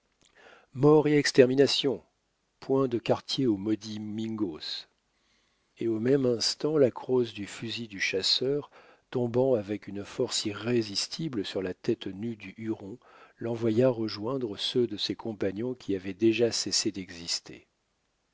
mort et extermination point de quartier aux maudits mingos et au même instant la crosse du fusil du chasseur tombant avec une force irrésistible sur la tête nue du huron l'envoya rejoindre ceux de ses compagnons qui avaient déjà cessé d'exister